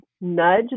nudge